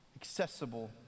accessible